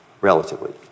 relatively